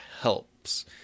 helps